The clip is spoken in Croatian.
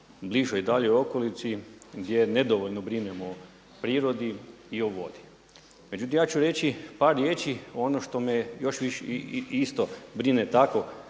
bližoj i daljoj okolici gdje nedovoljno brinemo o prirodi i o vodi. Međutim ja ću reći par riječi ono što me isto brine tako